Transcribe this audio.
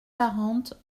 quarante